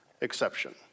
exception